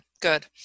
good